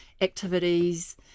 activities